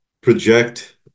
project